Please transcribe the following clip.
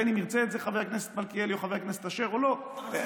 בין שירצה את זה חבר הכנסת מלכיאלי או חבר הכנסת אשר ובין שלא,